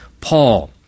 Paul